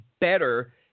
better